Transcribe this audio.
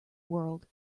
world